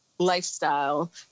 Lifestyle